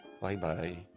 Bye-bye